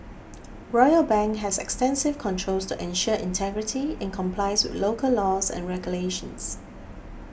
Royal Bank has extensive controls to ensure integrity and complies with local laws and regulations